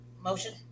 motion